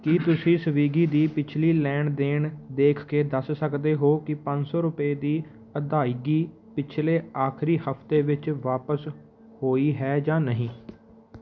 ਕੀ ਤੁਸੀਂਂ ਸਵਿਗੀ ਦੀ ਪਿਛਲੀ ਲੈਣ ਦੇਣ ਦੇਖ ਕੇ ਦੱਸ ਸਕਦੇ ਹੋ ਕਿ ਪੰਜ ਸੌ ਰੁਪਏ ਦੀ ਅਦਾਇਗੀ ਪਿਛਲੇ ਆਖਰੀ ਹਫ਼ਤੇ ਵਿੱਚ ਵਾਪਸ ਹੋਈ ਹੈ ਜਾਂ ਨਹੀਂ